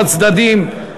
בצדדים.